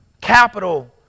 capital